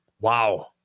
Wow